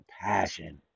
passion